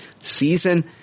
season